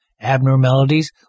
abnormalities